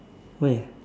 why